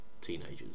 teenagers